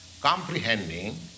comprehending